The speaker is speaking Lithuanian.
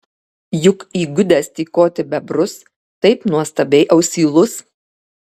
juk įgudęs tykoti bebrus taip nuostabiai ausylus